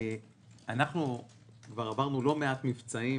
אנחנו כבר עברנו לא מעט מבצעים